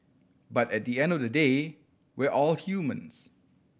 but at the end of the day we're all humans